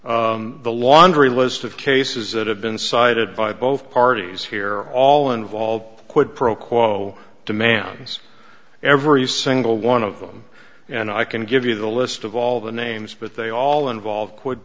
cases the laundry list of cases that have been cited by both parties here all involved quid pro quo demands every single one of them and i can give you the list of all the names but they all involve